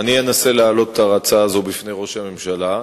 אני אנסה להעלות את ההצעה הזאת בפני ראש הממשלה.